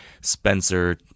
Spencer